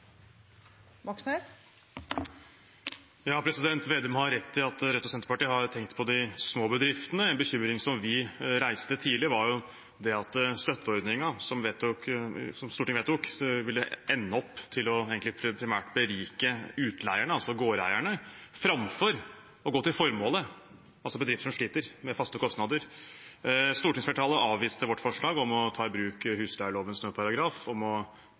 Vedum har rett i at Rødt og Senterpartiet har tenkt på de små bedriftene. En bekymring som vi reiste tidlig, var at støtteordningen som Stortinget vedtok, ville ende opp med primært å berike utleierne, altså gårdeierne, framfor å gå til formålet: bedrifter som sliter med faste kostnader. Stortingsflertallet avviste vårt forslag om å ta i bruk husleielovens nødparagraf om å